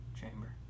chamber